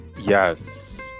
Yes